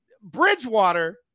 Bridgewater